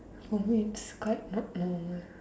for me it's quite not normal